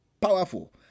powerful